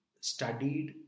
studied